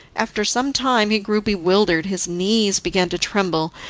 after some time he grew bewildered, his knees began to tremble,